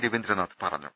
രവീന്ദ്രനാഥ് പറഞ്ഞു